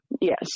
Yes